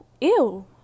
Ew